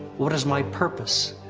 what is my purpose?